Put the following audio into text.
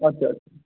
আচ্ছা আচ্ছা